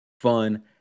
fun